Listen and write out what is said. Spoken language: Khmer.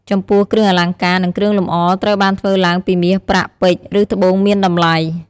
ចំពោះ គ្រឿងអលង្ការ និងគ្រឿងលម្អត្រូវបានធ្វើឡើងពីមាសប្រាក់ ពេជ្រ ឬត្បូងមានតម្លៃ។